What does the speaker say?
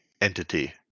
entity